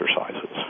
exercises